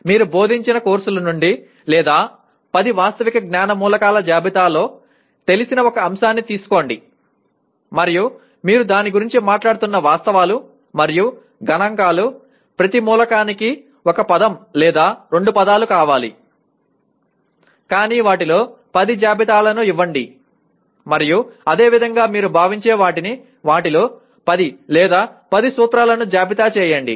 మీరు బోధించిన కోర్సుల నుండి లేదా 10 వాస్తవిక జ్ఞాన మూలకాల జాబితాలో తెలిసిన ఒక అంశాన్ని తీసుకోండి మరియు మీరు దాని గురించి మాట్లాడుతున్న వాస్తవాలు మరియు గణాంకాలు ప్రతి మూలకానికి ఒక పదం లేదా రెండు పదాలు కావాలి కానీ వాటిలో 10 జాబితాలను ఇవ్వండి మరియు అదేవిధంగా మీరు భావించే వాటిని వాటిలో 10 లేదా 10 సూత్రాలను జాబితా చేయండి